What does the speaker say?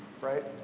right